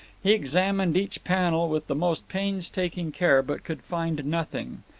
he examined each panel with the most painstaking care, but could find nothing.